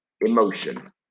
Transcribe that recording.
Emotion